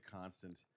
constant